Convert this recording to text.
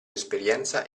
esperienza